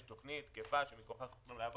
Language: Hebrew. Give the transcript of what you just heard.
יש תוכנית תקפה שמכוחה אנחנו יכולים לעבוד.